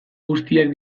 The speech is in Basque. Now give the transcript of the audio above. guztiak